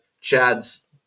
Chad's